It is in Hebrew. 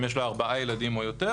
אם יש לה ארבעה ילדים או יותר.